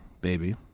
baby